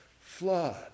Flood